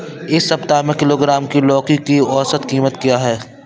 इस सप्ताह में एक किलोग्राम लौकी की औसत कीमत क्या है?